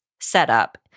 setup